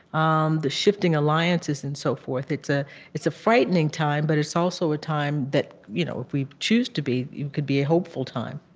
um the shifting alliances, and so forth. it's ah it's a frightening time, but it's also a time that you know if we choose to be, it could be a hopeful time